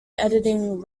editing